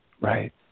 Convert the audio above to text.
Right